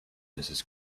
mrs